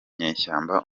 nyeshyamba